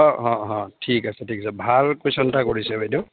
অঁ হ' হ' ঠিক আছে ঠিক আছে ভাল কোৱেশ্যন এটা কৰিছে বাইদেউ